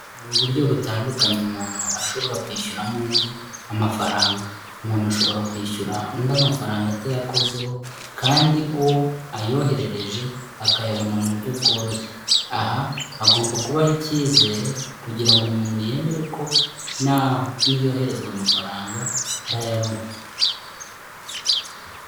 Hari uburyo butandukanye umuntu ashobora kwishyuramo undi amafaranga, umuntu ashobora kwishyura undi mafaranga atayakozeho kandi uwo ayoherereje akayabona mu buryo bworoshye. Aha hagomba kubaho icyizere kugira ngo umuntu yemere ko niyoherezwa amafaranga arayabona.